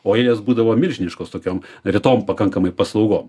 o eilės būdavo milžiniškos tokiom retom pakankamai paslaugom